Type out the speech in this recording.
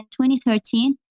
2013